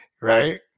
right